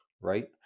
Right